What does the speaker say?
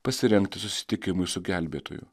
pasirengti susitikimui su gelbėtoju